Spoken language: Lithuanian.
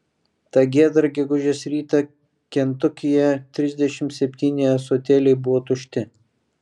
tą giedrą gegužės rytą kentukyje trisdešimt septyni ąsotėliai buvo tušti